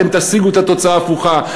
אתם תשיגו את התוצאה ההפוכה.